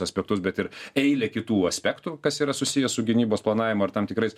aspektus bet ir eilę kitų aspektų kas yra susiję su gynybos planavimo ir tam tikrais